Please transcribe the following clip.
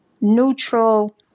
neutral